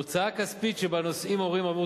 הוצאה כספית שבה נושאים הורים עבור